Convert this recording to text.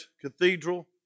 cathedral